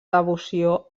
devoció